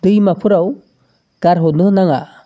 दैमाफोराव गारहरनो नाङा